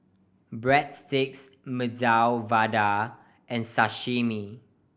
Breadsticks Medu Vada and Sashimi